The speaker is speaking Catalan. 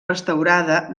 restaurada